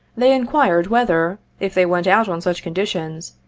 they inquired whether, if they went out on such conditions,